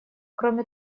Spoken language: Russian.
кроме